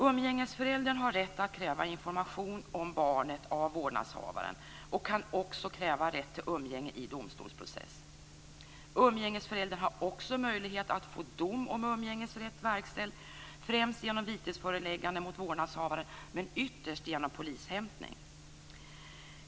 Umgängesföräldern har rätt att kräva information om barnet av vårdnadshavaren och kan också kräva rätt till umgänge i domstolsprocess. Umgängesföräldern har också möjlighet att få dom om umgängesrätt verkställd, främst genom vitesföreläggande mot vårdnadshavaren, men ytterst genom polishämtning.